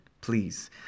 please